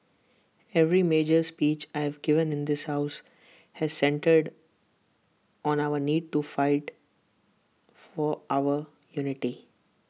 every major speech I've given in this house has centred on our need to fight for our unity